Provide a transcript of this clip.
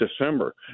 December